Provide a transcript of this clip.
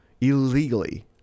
illegally